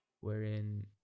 wherein